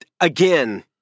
again